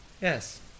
Yes